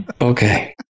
okay